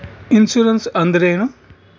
Insurance ಅಂದ್ರೇನು?